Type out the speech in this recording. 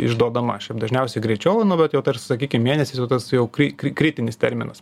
išduodama šiaip dažniausiai greičiau nu bet jau per sakykime mėnesį tai tas jau jau kai kritinis terminas